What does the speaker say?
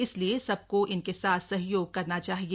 इसलिए सबको इनके साथ सहयोग करना चाहिए